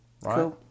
right